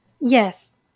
Yes